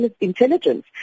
intelligence